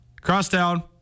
Crosstown